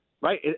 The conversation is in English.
right